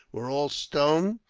were all stone.